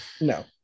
no